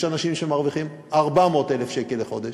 אנשים שמרוויחים 400,000 שקל לחודש,